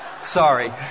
Sorry